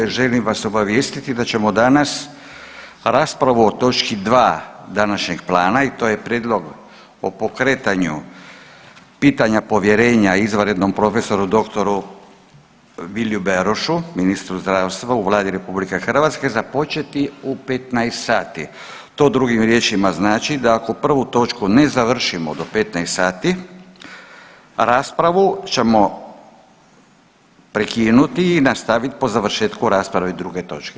Želim vam obavijestiti da ćemo danas raspravu o točki dva današnjeg plana i to je Prijedlog o pokretanju pitanja povjerenja izvanrednom prof.dr. Viliju Berošu ministru zdravstva u Vladi RH započeti u 15,00 sati, to drugim riječima znači da ako prvu točku ne završimo do 15,00 sati raspravu ćemo prekinuti i nastavit po završetku rasprave druge točke.